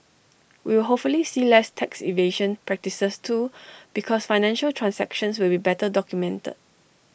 we will hopefully see less tax evasion practices too because financial transactions will be better documented